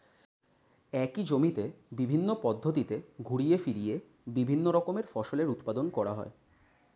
একই জমিতে বিভিন্ন পদ্ধতিতে ঘুরিয়ে ফিরিয়ে বিভিন্ন রকমের ফসলের উৎপাদন করা হয়